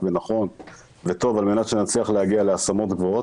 ונכון וטוב על מנת שנצליח להגיע להשמות גבוהות.